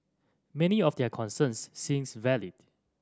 many of their concerns seems valid